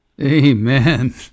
Amen